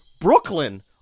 Brooklyn